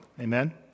Amen